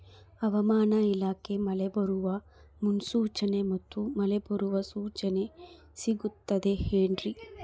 ಹವಮಾನ ಇಲಾಖೆ ಮಳೆ ಬರುವ ಮುನ್ಸೂಚನೆ ಮತ್ತು ಮಳೆ ಬರುವ ಸೂಚನೆ ಸಿಗುತ್ತದೆ ಏನ್ರಿ?